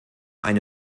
eine